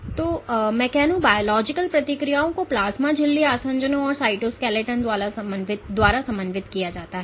तो मेकोनोबायोलॉजिकल प्रतिक्रियाओं को प्लाज्मा झिल्ली आसंजनों और साइटोस्केलेटन द्वारा समन्वित किया जाता है